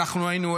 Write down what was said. ואנחנו היינו,